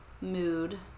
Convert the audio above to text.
mood